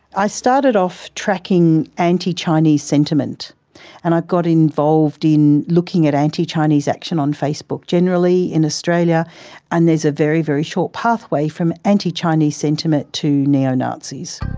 i started off tracking anti-chinese sentiment and i got involved in looking at anti chinese action on facebook generally in australia and there's a very, very short pathway from anti-chinese sentiment to neo-nazis.